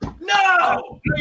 No